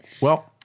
Well-